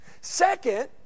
Second